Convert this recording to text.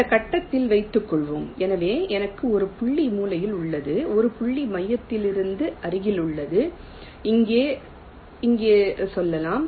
இந்த கட்டத்தில் வைத்துக்கொள்வோம் எனவே எனக்கு ஒரு புள்ளி மூலையில் உள்ளது ஒரு புள்ளி மையத்திற்கு அருகில் உள்ளது இங்கே சொல்லலாம்